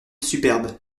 superbe